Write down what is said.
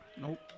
Nope